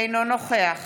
אינו נוכח